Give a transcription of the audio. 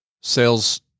sales